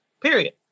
period